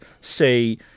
say